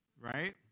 Right